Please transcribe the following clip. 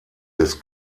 des